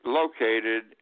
located